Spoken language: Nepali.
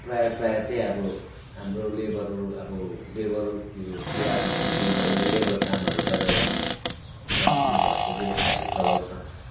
प्रायः प्रायः त्यही अब हाम्रो लेबरहरू अब लेबर त्यो चिया खेती हुनाले लेबर कामहरू गरेर अब आफ्नो घरको व्यवसायहरू चलाउँछ